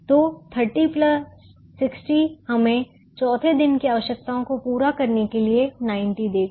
तो 30 60 हमें चौथे दिन की आवश्यकताओं को पूरा करने के लिए 90 देगा